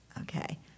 Okay